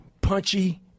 punchy